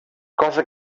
cosa